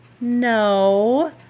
No